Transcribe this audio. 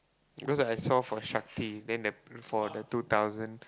because I saw for Shakti then for the two thousand